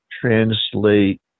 translate